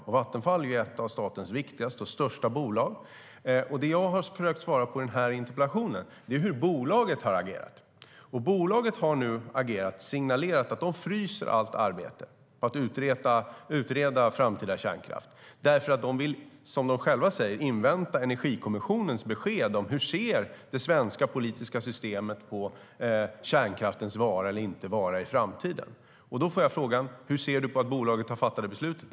Vattenfall är ett av statens viktigaste och största bolag. Det jag har försökt att svara på i interpellationssvaret är hur bolaget har agerat. Jag får frågan: Hur ser du på att bolaget har fattat det beslutet?